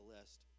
list